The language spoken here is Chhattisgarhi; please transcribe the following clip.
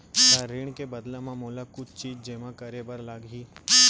का ऋण के बदला म मोला कुछ चीज जेमा करे बर लागही?